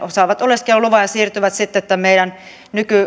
saavat oleskeluluvan ja siirtyvät sitten meidän